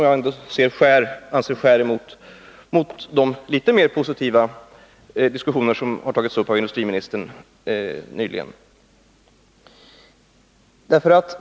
Jag anser att den skär emot de litet mer positiva inlägg som industriministern gjort i de diskussioner han tagit upp nyligen.